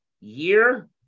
year